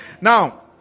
Now